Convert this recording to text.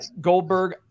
Goldberg